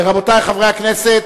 רבותי חברי הכנסת,